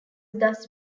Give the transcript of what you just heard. thus